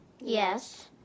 yes